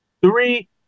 three